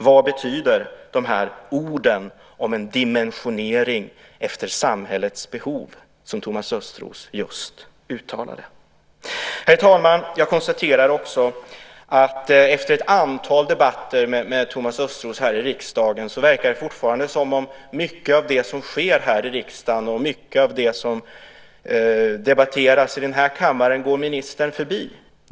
Vad betyder de ord om en dimensionering efter samhällets behov som Thomas Östros just uttalade? Herr talman! Jag konstaterar också efter ett antal debatter med Thomas Östros här i riksdagen att det fortfarande verkar som om mycket av det som sker i riksdagen och mycket av det som debatteras i den här kammaren går ministern förbi.